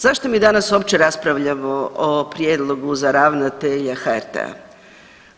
Zašto mi danas uopće raspravljamo o prijedlogu za ravnatelja HRT-a?